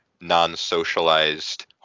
non-socialized